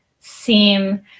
seem